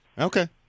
Okay